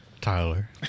Tyler